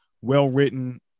well-written